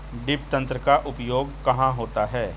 Drip तंत्र का उपयोग कहाँ होता है?